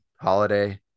holiday